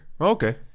Okay